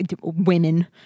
women